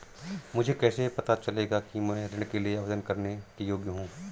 मुझे कैसे पता चलेगा कि मैं ऋण के लिए आवेदन करने के योग्य हूँ?